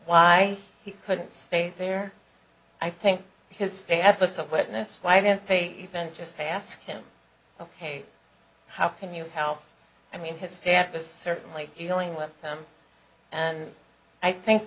why he couldn't stay there i think his dad was a witness why didn't they even just ask him ok how can you help i mean his dad was certainly dealing with him and i think